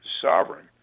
sovereign